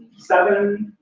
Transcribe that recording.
seven.